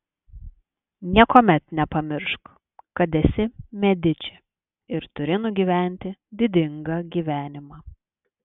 niekuomet nepamiršk kad esi mediči ir turi nugyventi didingą gyvenimą